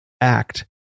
Act